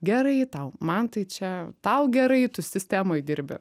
gerai tau man tai čia tau gerai tu sistemoj dirbi